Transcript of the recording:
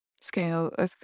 scale